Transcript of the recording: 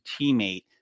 teammate